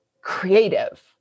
creative